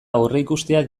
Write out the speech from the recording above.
aurreikustea